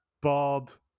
Bald